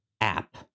app